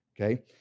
okay